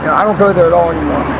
i don't go there at all anymore.